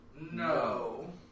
No